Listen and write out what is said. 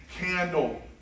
candle